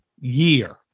year